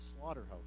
slaughterhouse